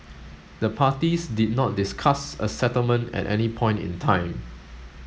the parties did not discuss a settlement at any point in time